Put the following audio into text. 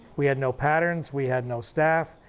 we had no patterns, we had no staff.